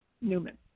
Newman